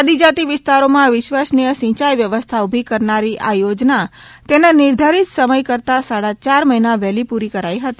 આદિજાતિ વિસ્તારોમાં વિશ્વસનીય સિંચાઈ વ્યવસ્થા ઉભી કરનારી આ યોજના તેના નિર્ધારિત સમય કરતાં સાડા ચાર મહિના વહેલી પૂરી કરાઇ હતી